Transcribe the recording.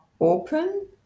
open